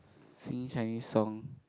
sing Chinese song